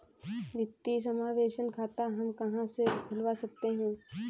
वित्तीय समावेशन खाता हम कहां से खुलवा सकते हैं?